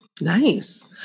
Nice